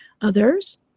others